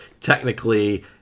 technically